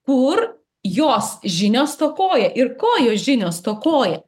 kur jos žinios stokoja ir ko jos žinios stokoja